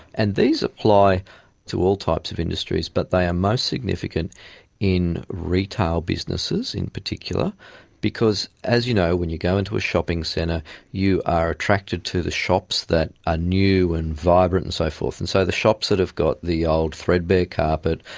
and these apply to all types of industries, but they are most significant in retail businesses in particular because, as you know, when you go into a shopping centre you are attracted to the shops that are ah new and vibrant and so forth. and so the shops that have got the old threadbare carpet,